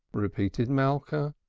repeated malka.